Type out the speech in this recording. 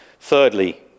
Thirdly